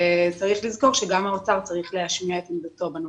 וצריך לזכור שגם האוצר צריך להשמיע את עמדתו בנושא.